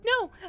No